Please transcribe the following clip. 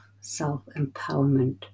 self-empowerment